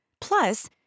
Plus